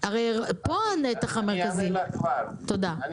אני אפרט את